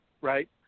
right